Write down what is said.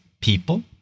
people